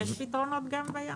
יש פתרונות גם בים.